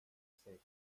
secas